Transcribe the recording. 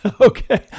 Okay